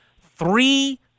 three